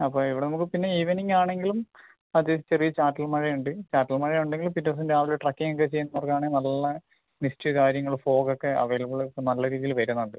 അപ്പോൾ ഇവിടെ നമുക്ക് ഈ പിന്നെ ഈവെനിംഗ് ആണെങ്കിലും അതിൽ ചെറിയ ചാറ്റൽ മഴയുണ്ട് ചാറ്റൽ മഴ ഉണ്ടെങ്കിലും പിറ്റേ ദിവസം രാവിലെ ട്രക്കിങ്ങ് ഒക്കെ ചെയ്യാൻ നല്ല മിസ്റ്റ് കാര്യങ്ങൾ ഫോഗ് ഒക്കെ അവൈലബിൾ ഇപ്പോൾ നല്ല രീതിയിൽ വരുന്നുണ്ട്